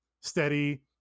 steady